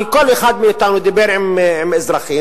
כל אחד מאתנו דיבר עם אזרחים,